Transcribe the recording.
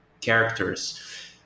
characters